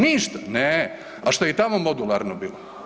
Ništa, neee, a što je i tamo modularno bilo?